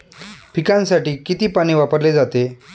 पिकांसाठी किती पाणी वापरले जाते?